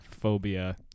phobia